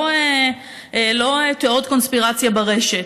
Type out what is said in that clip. לא תיאוריות קונספירציה ברשת,